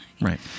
Right